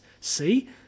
See